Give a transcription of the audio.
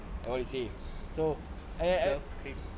or to say so